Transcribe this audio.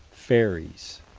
fairies.